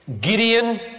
Gideon